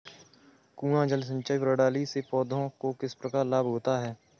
कुआँ जल सिंचाई प्रणाली से पौधों को किस प्रकार लाभ होता है?